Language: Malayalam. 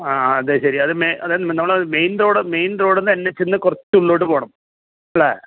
ആ അതെ ശരി അത് അതായത് നമ്മളെ മെയിൻ റോഡ് മെയിൻ റോഡിൽ നിന്ന് എൻ എച്ചിൽ നിന്ന് കുറച്ച് ഉള്ളിലോട്ട് പോകണം അല്ലേ